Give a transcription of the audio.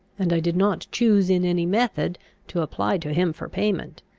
and i did not choose in any method to apply to him for payment.